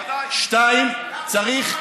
2. צריך,